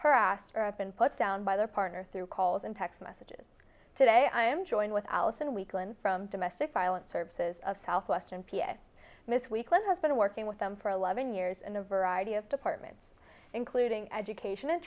harassed or of been put down by their partner through calls and text messages today i am joined with allison weakland from domestic violence services of southwestern p a miss weakland has been working with them for eleven years in a variety of departments including education and